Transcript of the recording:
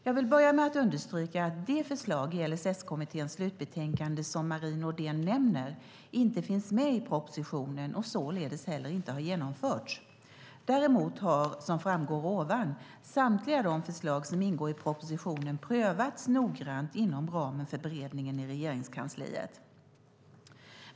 Jag vill börja med att understryka att de förslag i LSS-kommitténs slutbetänkande som Marie Nordén nämner, inte finns med i propositionen och således heller inte har genomförts. Däremot har, som framgår ovan, samtliga de förslag som ingår i propositionen prövats noggrant inom ramen för beredningen i Regeringskansliet.